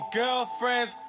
girlfriend's